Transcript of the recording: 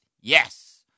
Yes